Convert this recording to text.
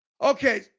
okay